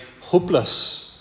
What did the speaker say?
Hopeless